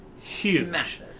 huge